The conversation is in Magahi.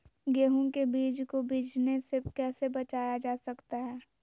गेंहू के बीज को बिझने से कैसे बचाया जा सकता है?